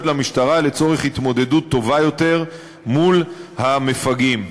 לצורך התמודדות טובה יותר מול המפגעים.